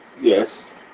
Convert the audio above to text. Yes